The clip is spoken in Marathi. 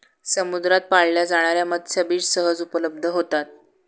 समुद्रात पाळल्या जाणार्या मत्स्यबीज सहज उपलब्ध होतात